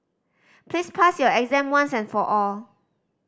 please pass your exam once and for all